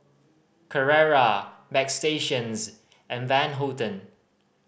Carrera Bagstationz and Van Houten